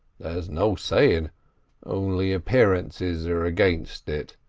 no saying only appearances are against it.